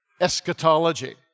eschatology